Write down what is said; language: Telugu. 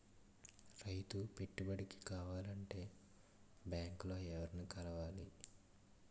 రైతు పెట్టుబడికి కావాలంటే బ్యాంక్ లో ఎవరిని కలవాలి?